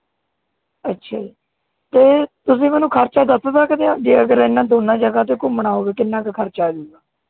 ਅੱਛਾ ਜੀ ਅਤੇ ਤੁਸੀਂ ਮੈਨੂੰ ਖਰਚਾ ਦੱਸ ਸਕਦੇ ਹੋ ਜੇ ਅਗਰ ਇਹਨਾਂ ਦੋਨਾਂ ਜਗ੍ਹਾ 'ਤੇ ਘੁੰਮਣਾ ਹੋਵੇ ਕਿੰਨਾ ਕੁ ਖਰਚਾ ਆ ਜਾਵੇਗਾ